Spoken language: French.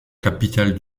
capitale